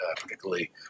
particularly